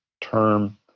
term